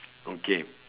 okay